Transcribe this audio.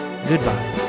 Goodbye